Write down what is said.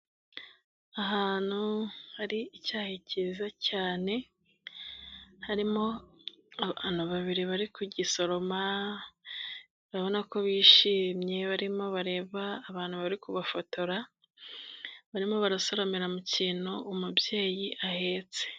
Ahantu hari icyayi cyiza cyane, harimo abantu babiri bari kugisoroma babona ko bishimye barimo bareba abantu bari kubafotora, barimo barasoromera mu kintu umubyeyi ahetse.